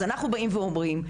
אז אנחנו באים ואומרים,